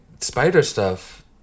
Spider-Stuff